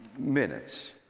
Minutes